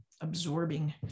absorbing